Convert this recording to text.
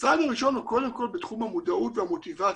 הצעד הראשון הוא קודם כל בתחום המודעות והמוטיבציה,